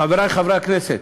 חברי חברי הכנסת,